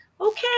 Okay